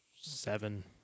Seven